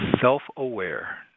self-aware